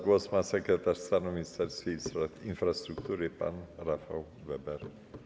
Głos ma sekretarz stanu w Ministerstwie Infrastruktury pan Rafał Weber.